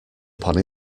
upon